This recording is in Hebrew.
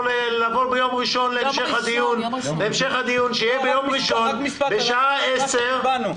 או לבוא ביום ראשון להמשך הדיון שיהיה ביום ראשון בשעה 10:00?